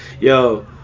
yo